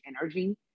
energy